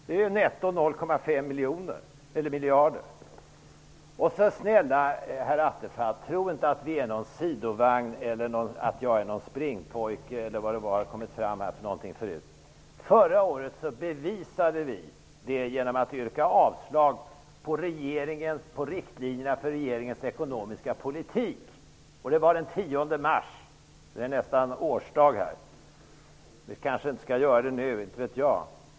Det är netto 0,5 miljarder. Snälla herr Attefall, tro inte att vi är någon sidovagn eller att jag skulle vara någon springpojke, eller vad det nu var som nämndes tidigare. Förra året bevisade vi det genom att yrka avslag på riktlinjerna för regeringens ekonomiska politik. Det gjorde vi den 10 mars. I dag är det således nästan en årsdag. Vi kanske inte skall göra det nu. Det vet jag inte.